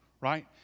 right